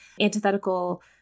antithetical